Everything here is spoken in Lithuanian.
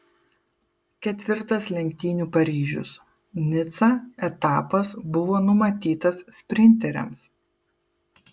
ketvirtas lenktynių paryžius nica etapas buvo numatytas sprinteriams